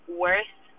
worth